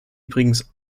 übrigens